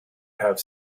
have